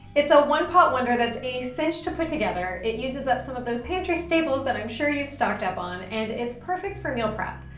it's a one-pot wonder that's a cinch to put together. it uses up some of those pantry staples that i'm sure you've stocked up on, and it's perfect for meal prep.